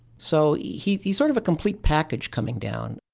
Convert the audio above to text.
so, he's he's sort of a complete package coming down